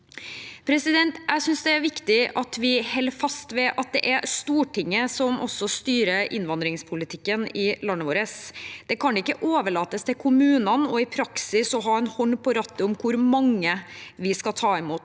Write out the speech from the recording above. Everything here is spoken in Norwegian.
arbeid. Jeg synes det er viktig at vi holder fast ved at det er Stortinget som styrer innvandringspolitikken i landet vårt. Det kan ikke overlates til kommunene i praksis å ha en hånd på rattet om hvor mange vi skal ta imot.